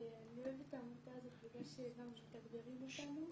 אני אוהבת את העמותה הזאת בגלל שגם מתגברים אותנו